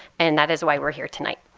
and that is why we're here tonight.